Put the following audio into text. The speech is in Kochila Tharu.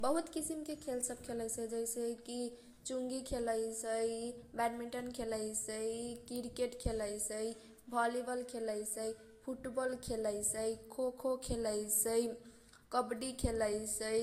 बहुत किसिमके खेल सब खेलैसै जैसेकी चुंगी खेलैसै, बेडमिनटन खेलैसै, किर्केट खेलैसै, भोलीबल खैलैसै, फुटबल खेलैसै, खोखो खेलैसै, कबड्डी खेलैसै,